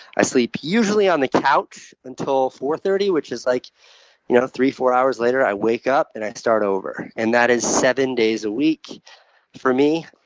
i sleep usually on the couch until four thirty, which is like you know three, four hours later. i wake up and start over. and that is seven days a week for me.